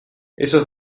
esos